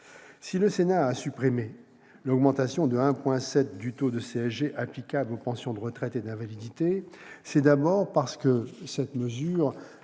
Si le Sénat a supprimé l'augmentation de 1,7 point du taux de CSG applicable aux pensions de retraite et d'invalidité, c'est d'abord parce que cette